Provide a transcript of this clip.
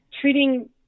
treating